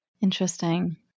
Interesting